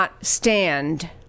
stand